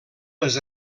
les